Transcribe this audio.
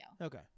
okay